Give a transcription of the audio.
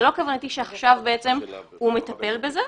זו לא כוונתי שעכשיו בעצם הוא מטפל בזה,